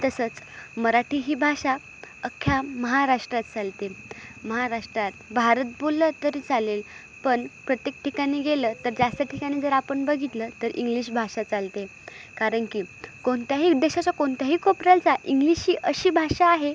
तसंच मराठी ही भाषा अख्या महाराष्ट्रात चालते महाराष्ट्रात भारत बोललं तरी चालेल पण प्रत्येक ठिकाणी गेलं तर जास्त ठिकाणी जर आपण बघितलं तर इंग्लिश भाषा चालते कारण की कोणत्याही देशाच्या कोणत्याही कोपऱ्याला जा इंग्लिश ही अशी भाषा आहे